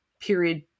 period